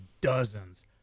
dozens